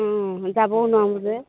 অঁ যাবও নোৱাৰোঁ যে